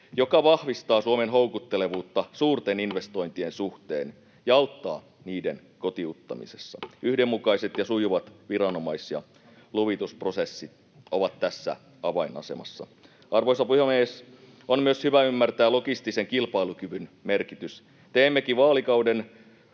joka vahvistaa Suomen houkuttelevuutta suurten investointien suhteen ja auttaa niiden kotiuttamisessa. Yhdenmukaiset ja sujuvat viranomais‑ ja luvitusprosessit ovat tässä avainasemassa. Arvoisa puhemies! On myös hyvä ymmärtää logistisen kilpailukyvyn merkitys. Teemmekin vaalikauden